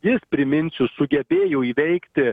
jis priminsiu sugebėjo įveikti